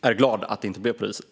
är glad över att det inte blev på det viset.